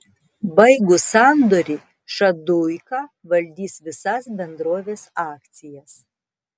baigus sandorį šaduika valdys visas bendrovės akcijas